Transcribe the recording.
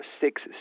six